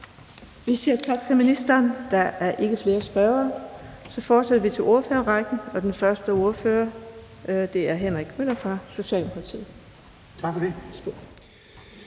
Vi siger tak til ministeren. Der er ikke flere spørgere. Så fortsætter vi til ordførerrækken, og den første ordfører er hr. Henrik Møller fra Socialdemokratiet. Kl.